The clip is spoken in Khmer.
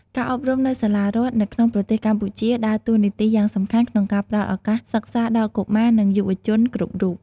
ការអប់រំនៅសាលារដ្ឋនៅក្នុងប្រទេសកម្ពុជាដើរតួនាទីយ៉ាងសំខាន់ក្នុងការផ្តល់ឱកាសសិក្សាដល់កុមារ និងយុវជនគ្រប់រូប។